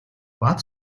бат